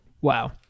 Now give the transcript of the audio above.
Wow